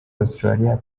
australie